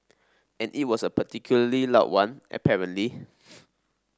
and it was a particularly loud one apparently